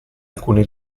alcuni